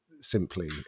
simply